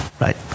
Right